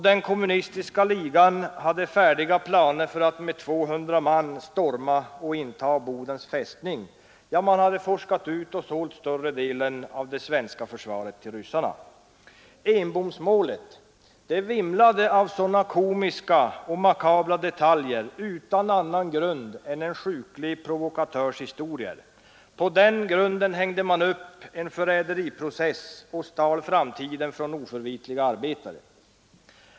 Den kommunistiska ligan hade färdiga planer för att med 200 man storma och inta Bodens fästning, ja, man hade utforskat och sålt större delen av det svenska försvaret till ryssarna. Enbomsmålet vimlade av sådana komiska och makabra detaljer utan annan grund än en sjuklig provokatörs historier. På den grunden byggde man upp en förräderiprocess och stal framtiden från oförvitliga arbetare.